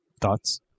Thoughts